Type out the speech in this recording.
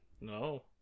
No